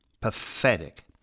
Pathetic